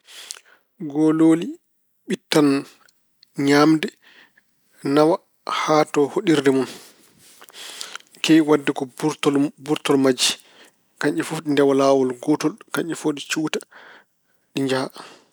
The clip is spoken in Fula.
Golooli ɓittan ñaamde, nawa haa to hoɗirde mun. Ɗi keewi waɗde ko buurtol majji. Kañƴi fof ɗi ndewa laawol gootol. Kañƴi fof ɗi cuuta, ɗi njaha.